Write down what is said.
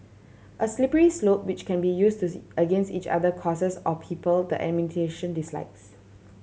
a slippery slope which can be used to the against each other causes or people the administration dislikes